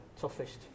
toughest